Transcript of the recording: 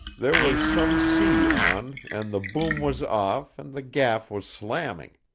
there was some sea on, and the boom was off and the gaff was slamming.